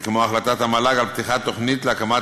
וכמו החלטת המל"ג על פתיחת תוכנית להקמת